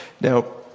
Now